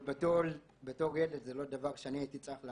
שבתור ילד זה לא דבר שאני הייתי צריך לעבור.